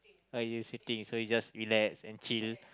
uh you sitting so you just relax and chill